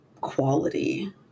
quality